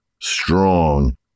strong